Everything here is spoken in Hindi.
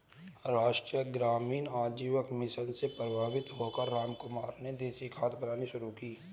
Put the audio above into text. राष्ट्रीय ग्रामीण आजीविका मिशन से प्रभावित होकर रामकुमार ने देसी खाद बनानी शुरू की